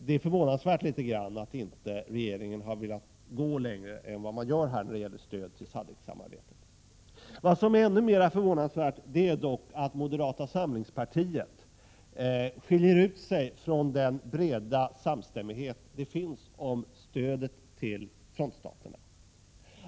Det är litet förvånande att inte regeringen har velat gå längre än man gör när det gäller stödet till SADCC-samarbetet. Ännu mer förvånande är dock att moderata samlingspartiet skiljer ut sig från den breda samstämmighet som finns när det gäller stödet till frontstaterna.